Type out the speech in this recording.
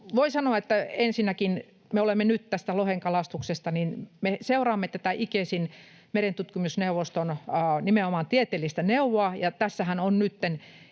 voin sanoa ensinnäkin tästä lohenkalastuksesta, että me seuraamme tätä ICESin, merentutkimusneuvoston, nimenomaan tieteellistä neuvoa. Tässähän on nytten